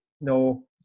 No